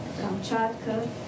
Kamchatka